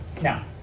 Now